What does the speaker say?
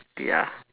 ya